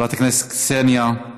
חברת הכנסת קסניה,